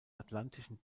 atlantischen